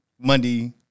Monday